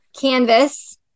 canvas